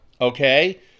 Okay